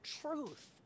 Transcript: truth